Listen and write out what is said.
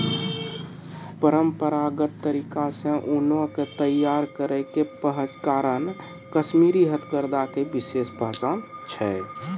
परंपरागत तरीका से ऊनो के तैय्यार करै के कारण कश्मीरी हथकरघा के विशेष पहचान छै